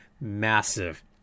massive